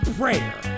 prayer